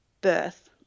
birth